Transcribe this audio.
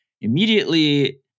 immediately